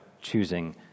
choosing